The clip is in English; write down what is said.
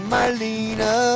Marlena